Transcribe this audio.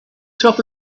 top